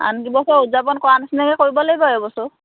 আন কেইবছৰ উদযাপন কৰাৰ নিচিনাকৈ কৰিব লাগিব এই বছৰো